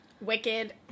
Wicked